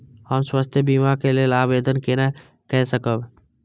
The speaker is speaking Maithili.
हम स्वास्थ्य बीमा के लेल आवेदन केना कै सकब?